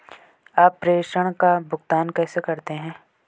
आप प्रेषण का भुगतान कैसे करते हैं?